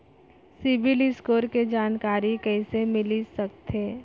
CIBIL score के जानकारी कइसे मिलिस सकथे?